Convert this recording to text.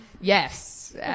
Yes